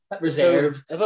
reserved